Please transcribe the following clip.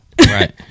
Right